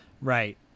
right